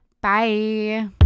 Bye